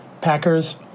Packers